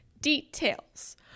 details